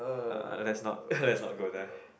uh let's not let's not go there